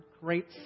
great